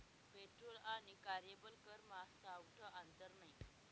petrol आणि कार्यबल करमा सावठं आंतर नै